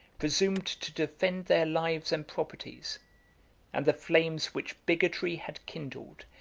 presumed to defend their lives and properties and the flames which bigotry had kindled,